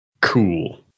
Cool